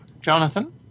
Jonathan